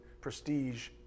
prestige